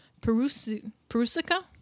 Perusica